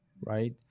right